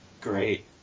Great